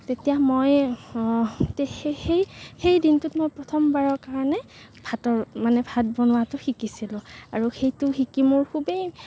তেতিয়া মই সেই দিনটোত মই প্ৰথমবাৰৰ কাৰণে ভাতৰ মানে ভাত বনোৱাটো শিকিছিলোঁ আৰু সেইটো শিকি মোৰ খুবেই